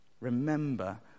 Remember